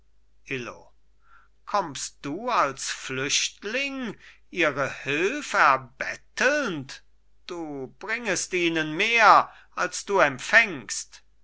illo kommst du als flüchtling ihre hülf erbettelnd du bringest ihnen mehr als du empfängst